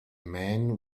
men